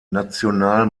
national